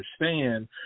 understand